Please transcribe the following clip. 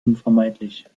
unvermeidlich